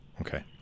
Okay